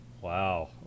Wow